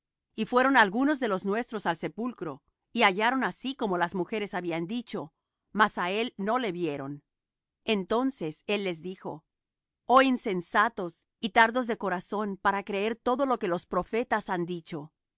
y fueron algunos de los nuestros al sepulcro y hallaron así como las mujeres habían dicho más á él no le vieron entonces él les dijo oh insensatos y tardos de corazón para creer todo lo que los profetas han dicho